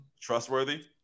Trustworthy